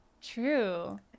True